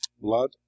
blood